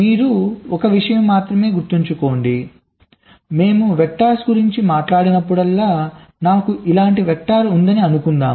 మీరు ఒక విషయం మాత్రమే గుర్తుంచుకోండి కాబట్టి మేము వెక్టర్స్ గురించి మాట్లాడినప్పుడల్లా నాకు ఇలాంటి వెక్టర్ ఉందని అనుకుందాం